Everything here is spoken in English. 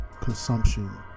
consumption